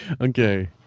Okay